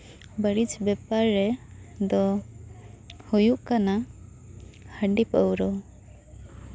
ᱵᱟᱹᱱᱤᱡᱽ ᱵᱮᱯᱟᱨ ᱨᱮ ᱫᱚ ᱦᱩᱭᱩᱜ ᱠᱟᱱᱟ ᱦᱟᱺᱰᱤ ᱯᱟᱹᱣᱨᱟᱹ